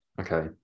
Okay